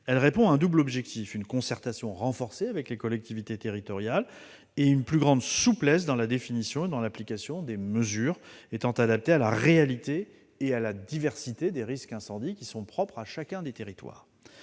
Elle répond à un double objectif : un renforcement de la concertation avec les collectivités territoriales et une plus grande souplesse dans la définition et l'application des mesures, adaptées à la réalité et à la diversité des risques incendie propres à chaque territoire.